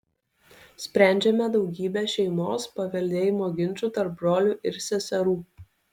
sprendžiame daugybę šeimos paveldėjimo ginčų tarp brolių ir seserų